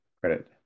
Credit